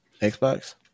Xbox